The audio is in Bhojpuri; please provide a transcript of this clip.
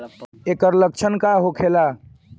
ऐकर लक्षण का होखेला?